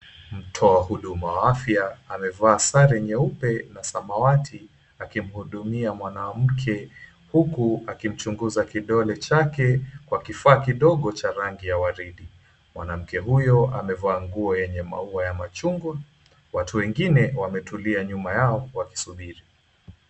Mtu wa huduma wa afya, amevaa sare nyeupe na samawati akimhudumia mwanamke huku akimchunguza kidole chake kwa kifaa kidogo cha rangi ya waridi mwanamke huyo amevaa nguo yenye maua ya machungwa, watu wengine wametulia nyuma yao wakisubiri.